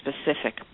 specific